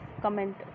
comment